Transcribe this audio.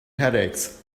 headaches